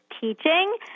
teaching